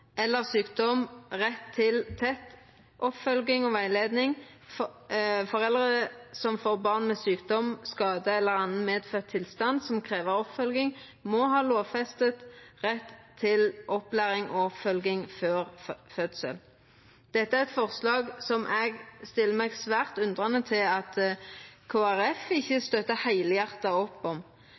eller sykdom, rett til tett oppfølging og veiledning. Foreldre som får barn med sykdom, skade eller annen medfødt tilstand som krever oppfølging, må ha lovfestet rett til opplæring og oppfølging før fødsel.» Dette er eit forslag som eg stiller meg svært undrande til at Kristeleg Folkeparti ikkje støttar heilhjarta opp om.